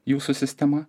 jūsų sistema